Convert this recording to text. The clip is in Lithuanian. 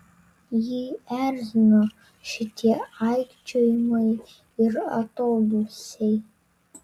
jį erzino šitie aikčiojimai ir atodūsiai